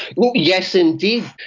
yes indeed.